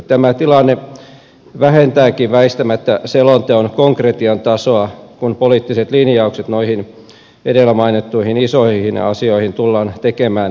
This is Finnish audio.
tämä tilanne vähentääkin väistämättä selonteon konkretian tasoa kun poliittiset linjaukset noihin edellä mainittuihin isoihin asioihin tullaan tekemään myöhemmin